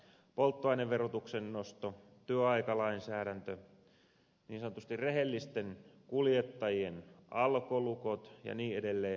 polttoaineverotuksen nosto työaikalainsäädäntö niin sanotusti rehellisten kuljettajien alkolukot ja niin edelleen